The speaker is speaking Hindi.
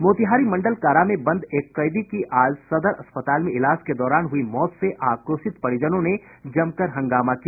मोतिहारी मंडल कारा में बंद एक कैदी की आज सदर अस्पताल में इलाज के दौरान हुई मौत से आक्रोशित परिजनों ने जमकर हंगामा किया